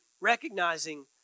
recognizing